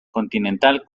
continental